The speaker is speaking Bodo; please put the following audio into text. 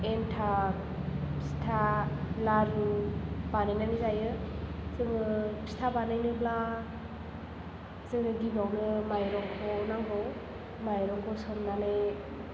एन्थाब फिथा लारु बानायनानै जायो जोङो फिथा बानायनोब्ला जोङो गिबियावनो माइरंखौ नांगौ माइरंखौ सोमनानै